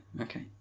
okay